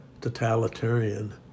totalitarian